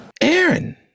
Aaron